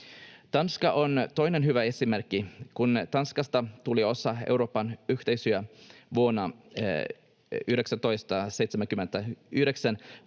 Tanska on toinen hyvä esimerkki. Kun Tanskasta tuli osa Euroopan yhteisöä vuonna 1979,